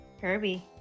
Kirby